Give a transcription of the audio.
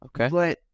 Okay